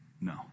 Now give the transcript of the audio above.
No